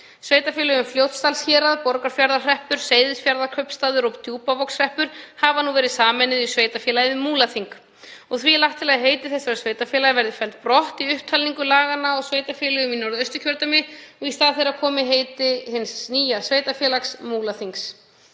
Sveitarfélögin Fljótsdalshérað, Borgarfjarðarhreppur, Seyðisfjarðarkaupstaður og Djúpavogshreppur hafa nú verið sameinuð í sveitarfélagið Múlaþing og því er lagt til að heiti þessara sveitarfélaga verði felld brott í upptalningu laganna á sveitarfélögum í Norðausturkjördæmi og í stað þeirra komi heiti hins nýja sveitarfélags, Múlaþings.